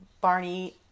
Barney